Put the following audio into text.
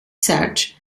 such